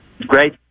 Great